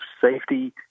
safety